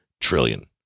trillion